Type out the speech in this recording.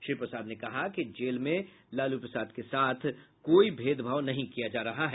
श्री प्रसाद ने कहा है कि जेल में लालू प्रसाद के साथ कोई भेदभाव नहीं किया जा रहा है